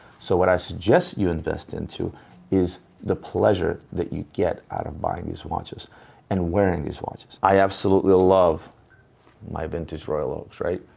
so what i suggest you invest into is the pleasure that you get out of buying these watches and wearing these watches. i absolutely love my vintage royal oaks, right?